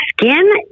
skin